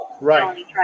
Right